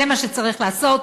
זה מה שצריך לעשות,